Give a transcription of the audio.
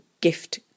gift